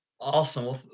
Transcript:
Awesome